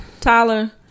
Tyler